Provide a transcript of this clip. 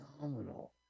phenomenal